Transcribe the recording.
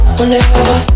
Whenever